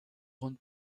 grande